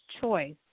choice